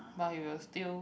but he will still